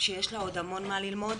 שיש לה עוד המון מה ללמוד,